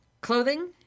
clothing